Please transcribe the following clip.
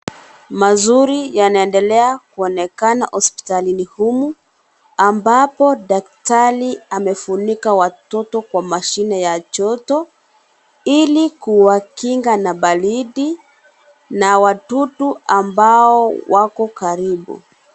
Mazuri yanaendelea kuonekana hospitalini humu ambapo daktari amefunika watoto kwa mashine ya joto ili kuwakinga na baridi na wadudu ambao wako karibu.